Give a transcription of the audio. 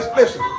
listen